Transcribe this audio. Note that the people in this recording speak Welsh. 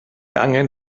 angen